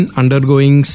undergoing